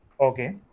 Okay